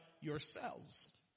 yourselves